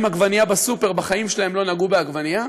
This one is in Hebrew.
עגבנייה בסופר בחיים שלהם לא נגעו בעגבנייה.